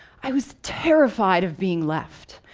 i was terrified of being left.